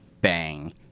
bang